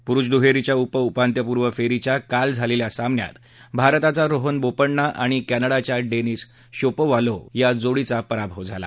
पुरुष दुहेरीच्या उप उपांत्यपूर्व फेरीच्या काल झालेल्या सामन्यात भारताचा रोहन बोप्पण्णा आणि कॅनडाच्या डेनिस शापोव्हालोव्ह या जोडीचा पराभव झाला